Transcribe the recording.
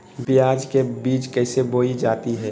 प्याज के बीज कैसे बोई जाती हैं?